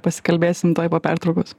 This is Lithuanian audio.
pasikalbėsim tuoj po pertraukos